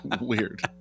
Weird